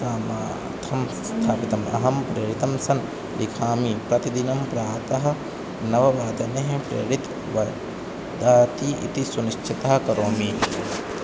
सामर्थ्यं स्थापितम् अहं प्रेरितः सन् लिखामि प्रतिदिनं प्रातः नववादने प्रेरितं वा ददाति इति सुनिश्चितः करोमि